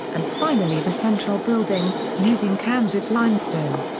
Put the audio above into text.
and finally the central building, using kansas limestone.